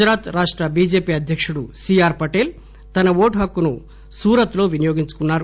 గుజరాత్ రాష్ట బీజేపీ అధ్యకుడు C R Patel తన ఓటు హక్కును సూరత్ లో వినియోగించుకున్నారు